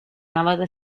navata